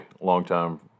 longtime